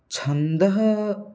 छन्दः